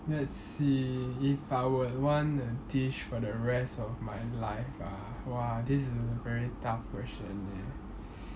let's see if I would want a dish for the rest of my life ah !wah! this is a very tough question eh